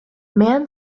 man